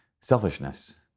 selfishness